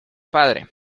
padre